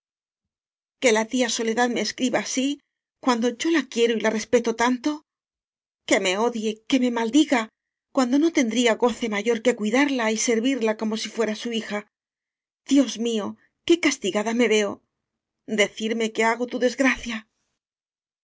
qué la tía soledad me escriba así cuando yo la quiero y la respeto tanto que me odie que me maldiga cuando no tendría goce mayor que cuidarla y servirla como si fuera su hija dios mió que cas tigada me veo decirme que hago tu